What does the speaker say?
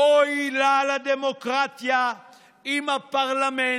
"אוי לה לדמוקרטיה אם הפרלמנט,